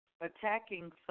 attacking